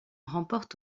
remporte